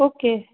okay